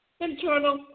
Internal